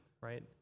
right